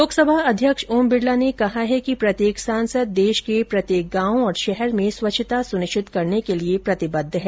लोकसभा अध्यक्ष ओम बिड़ला ने कहा है कि प्रत्येक सांसद देश के प्रत्येक गांव और शहर में स्वच्छता सुनिश्चित करने के लिए प्रतिबद्ध है